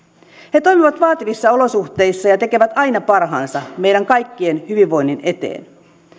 he toimivat vaativissa olosuhteissa ja tekevät aina parhaansa meidän kaikkien hyvinvoinnin eteen